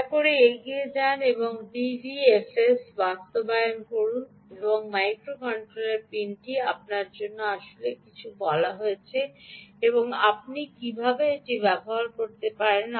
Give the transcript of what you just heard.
দয়া করে এগিয়ে যান এবং ডিভিএফএস বাস্তবায়ন করুন এবং মাইক্রোকন্ট্রোলার পিনটি আপনার জন্য আসলে কিছু বলা হয়েছে এবং আপনি কীভাবে এটি ব্যবহার করেন